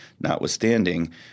notwithstanding